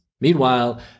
Meanwhile